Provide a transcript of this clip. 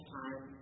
time